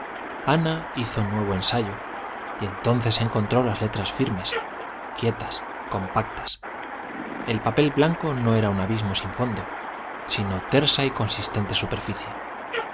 ana hizo nuevo ensayo y entonces encontró las letras firmes quietas compactas el papel blanco no era un abismo sin fondo sino tersa y consistente superficie